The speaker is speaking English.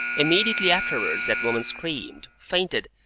immediately afterwards that woman screamed, fainted,